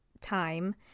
time